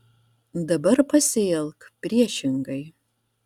dabar pasielk priešingai